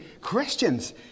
christians